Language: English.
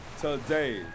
today